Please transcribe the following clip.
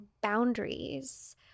boundaries